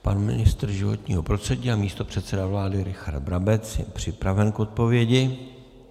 Pan ministr životního prostředí a místopředseda vlády Richard Brabec je připraven k odpovědi.